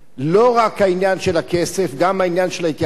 לא רק העניין של הכסף, גם העניין של ההתייחסות.